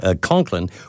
Conklin